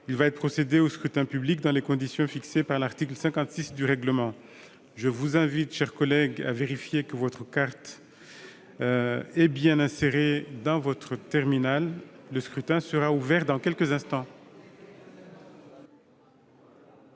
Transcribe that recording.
Il va être procédé au scrutin dans les conditions fixées par l'article 56 du règlement. Je vous invite, mes chers collègues, à vérifier que votre carte de vote est bien insérée dans votre terminal. Le scrutin est ouvert. Personne ne demande